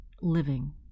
living